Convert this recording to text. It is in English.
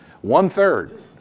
One-third